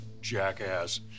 jackass